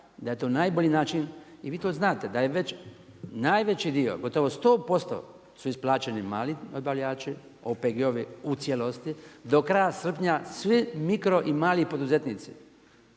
da je to najbolji način i vi to znate da je već najveći dio, gotovo 100% su isplaćeni mali dobavljači, OPG-ovi u cijelosti. Do kraja srpnja svi mikro i mali poduzetnici